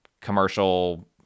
commercial